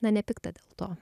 nr nepikta dėl to